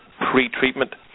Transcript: pre-treatment